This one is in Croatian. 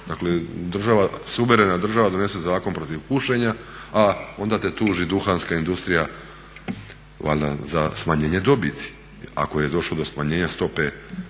Dakle suverena država donese zakon protiv pušenja, a onda te tuži duhanska industrija valjda za smanjenje dobiti, ako je došlo do smanjenja stope